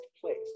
place